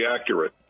accurate